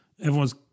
everyone's